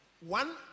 One